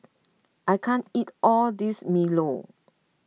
I can't eat all this Milo